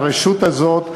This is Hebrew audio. הרשות הזאת,